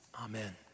Amen